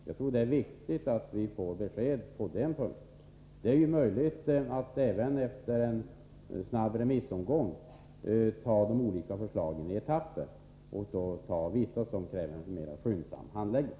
Jag tror det är viktigt att vi får besked på den punkten. Det är ju möjligt att även efter en snabb remissomgång ta de olika förslagen i etapper och först ta vissa förslag som kräver en mera skyndsam handläggning.